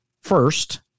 first